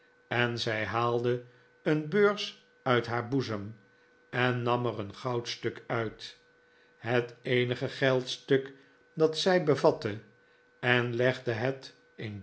en zij haalde een beurs uit haar boezem en nam er een goudstuk uit het eenige geldstuk dat zij bevatte en legde het